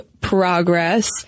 progress